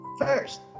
First